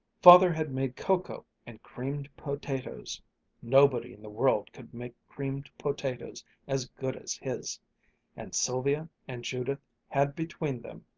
father had made cocoa and creamed potatoes nobody in the world could make creamed potatoes as good as his and sylvia and judith had between them,